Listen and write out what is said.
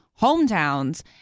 hometowns